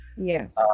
Yes